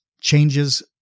changes